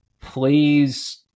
please